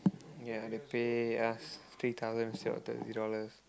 ya they pay us three thousand seven thirty dollars